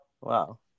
Wow